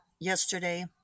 yesterday